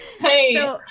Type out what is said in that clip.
Hey